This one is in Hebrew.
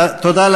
תודה.